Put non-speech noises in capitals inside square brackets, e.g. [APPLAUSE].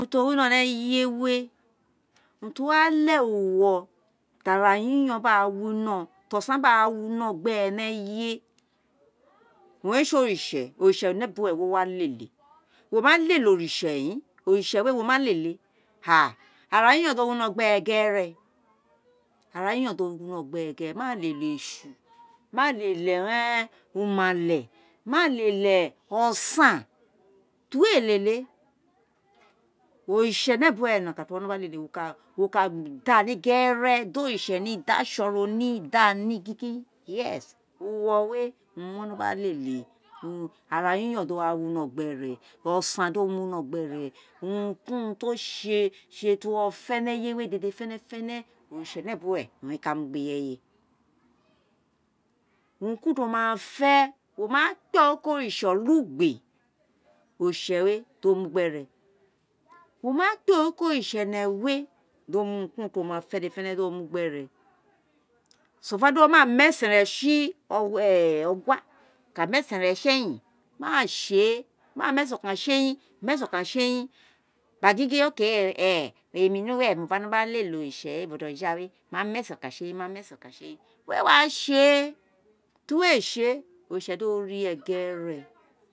Unin tio wino ni eye wě, unin tio realeghe vio o li arayiyor gba ra wiho ti osan gba ra wiho gbere eye [HESITATION] uloo èè sè olitse oritsenebuwe wio walèlè, woma lélé oritse, oritse we woima lélé arayiyo̱n do wino̱ gbere gere malélé esu ma lélé [HESITATION] umale [HESITATION] osam [NOISE] ira ti uloo éé lele oritsenebuwe no̱kan ti wo lele o ka [HESITATION] wo ka dáá ni ge̱re̱, di oritse ni, dǎ aso ro ni gingin yes, woo wě owun ino i o̱ gba léle urun en ayiyon mě wa wino gbene, o̱san do wino gbere urun ki urun ti o sé sě ti wo ma fe ni e̱ye wẽ dede fenefene oritse nebuwe owun re ka mu gbe̱ ireyé [HESITATION] urun ki urun ti wo ma fe̱ wo ma kpé oruko̱ oritse̱ olugbe oritse̱ wé diomu gbere [HESITATION] wo makpé oruko̱ oritse ene wé dio mube urun ki urun tri wo ma fe dede gbe re so far ma mu esen re̱n si [HESITATION] o̱gha, maá mûû si e̱yin mamu esen okan si eyin gba gih gih [UNINTELLIGIBLE] [NOISE] emi ni uwe moka mo̱ gba lélé oritse̱ bo̱jo̱ gbareé ma mu esen okan si eyin mu mu ese̱n ira ti woo wě séè oritse̱ di o ri e̱ ge̱re̱